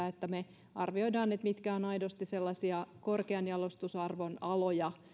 että me arvioimme mitkä ovat aidosti sellaisia korkean jalostusarvon aloja